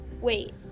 Wait